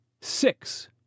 six